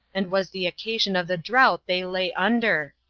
and was the occasion of the drought they lay under?